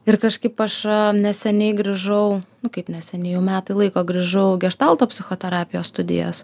ir kažkaip aš neseniai grįžau nu kaip neseniai jau metai laiko grįžau geštalto psichoterapijos studijas